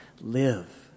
live